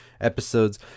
episodes